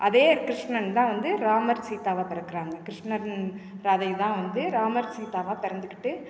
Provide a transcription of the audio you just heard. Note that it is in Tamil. அதே கிருஷ்ணன் தான் வந்து ராமர் சீதாவாக பிறக்குறாங்க கிருஷ்ணன் ராதை தான் வந்து ராமர் சீதாவாக பிறந்துக்கிட்டு